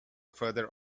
further